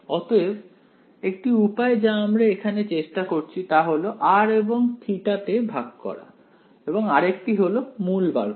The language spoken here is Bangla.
অতএব একটি উপায় যা আমরা এখানে চেষ্টা করছি তা হল r এবং θ তে ভাগ করা এবং আরেকটি হল মূল বার করা